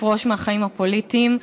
לפרוש מהחיים הפוליטיים.